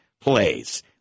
plays